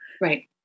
Right